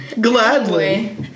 Gladly